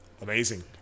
amazing